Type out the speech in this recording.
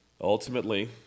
Ultimately